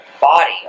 body